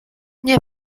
nie